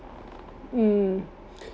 mm